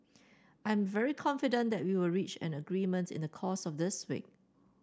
I'm very confident that we will reach an agreement in the course of this week